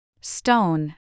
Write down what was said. Stone